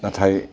नाथाय